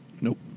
Nope